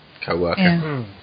co-worker